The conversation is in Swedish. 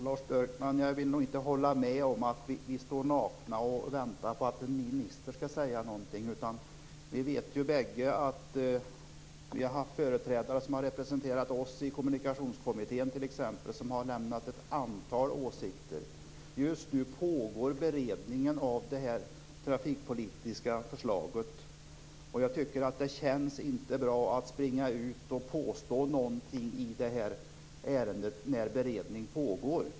Herr talman! Jag vill inte hålla med Lars Björkman om att vi står nakna och väntar på att en minister skall säga någonting. Vi vet bägge att vi har haft företrädare som har representerat oss i Kommunikationskommittén som har lämnat ett antal åsikter. Just nu pågår beredningen av det trafikpolitiska förslaget, och jag tycker inte att det skulle kännas bra att springa ut och påstå någonting i det här ärendet när beredning pågår.